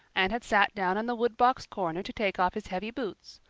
and had sat down in the woodbox corner to take off his heavy boots,